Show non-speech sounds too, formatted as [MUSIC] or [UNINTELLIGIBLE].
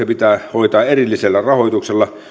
[UNINTELLIGIBLE] pitää hoitaa erillisellä rahoituksella